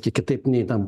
kiek kitaip nei tam